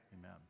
Amen